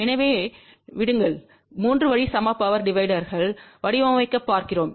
எனவே விடுங்கள் 3 வழி சம பவர் டிவைடர்னை வடிவமைக்க பார்க்கிறோம்